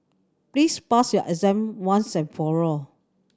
please pass your exam once and for all